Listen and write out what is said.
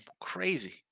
Crazy